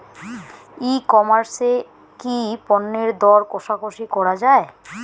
ই commerce এ কি পণ্যের দর কশাকশি করা য়ায়?